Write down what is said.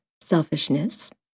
selfishness